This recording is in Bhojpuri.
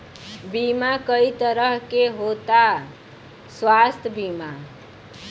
बीमा कई तरह के होता स्वास्थ्य बीमा?